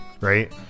right